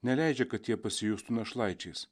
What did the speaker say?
neleidžia kad jie pasijustų našlaičiais